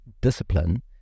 discipline